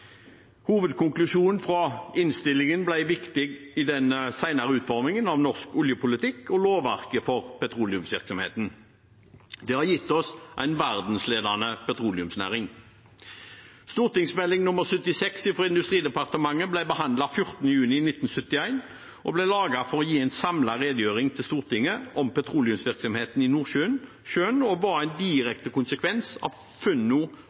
Hovedkonklusjonen i innstillingen ble viktig i den senere utformingen av norsk oljepolitikk og lovverket for petroleumsvirksomheten. Det har gitt oss en verdensledende petroleumsnæring. St. meld. nr. 76 for 1970–71 fra Industridepartementet ble behandlet 14. juni 1971 og ble laget for å gi en samlet redegjørelse til Stortinget om petroleumsvirksomheten i Nordsjøen, og den var en direkte konsekvens av funn